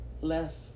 left